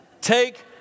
Take